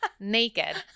naked